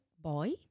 boy